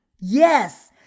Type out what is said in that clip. Yes